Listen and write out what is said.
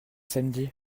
samedi